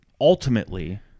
ultimately